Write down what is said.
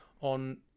on